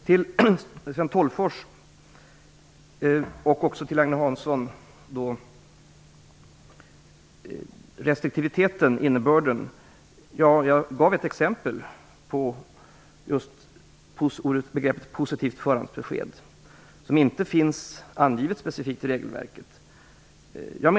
Till Sten Tolgfors och Agne Hansson vill jag säga följande om innebörden i restriktiviteten. Jag gav ett exempel på begreppet positivt förhandsbesked, som ju inte finns angivet specifikt i regelverket.